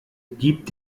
gib